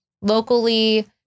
locally